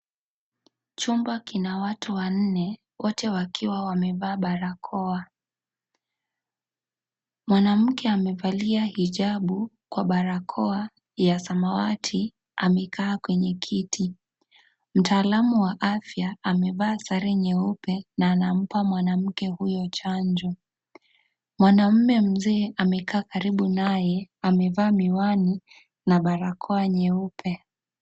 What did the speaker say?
Chumba kina watu wanne wote wakiwa wamevaa barakoa, mwanamke amevalia hijabu kwa barakoa ya samawati amekaa kwenye kiti, mtaalamu wa afya amevaa sare nyeupe na anampa mwanamke huyo chanjo, mwanamume mzee amekaa karibu naye amevaa miwani na barakoa nyeupe.